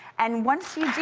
and once you do